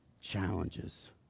challenges